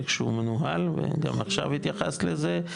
איך שהוא מנוהל וגם עכשיו התייחסת לזה,